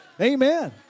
Amen